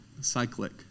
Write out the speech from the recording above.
Cyclic